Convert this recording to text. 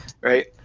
right